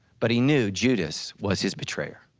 but he knew judas was his betrayer.